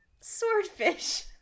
Swordfish